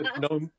no